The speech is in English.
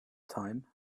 time